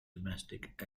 domestic